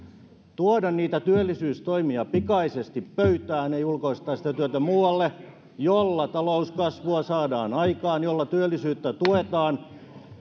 tuoda niitä työllisyystoimia pikaisesti pöytään ei ulkoistaa muualle sitä työtä jolla talouskasvua saadaan aikaan jolla työllisyyttä tuetaan